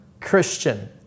Christian